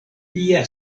via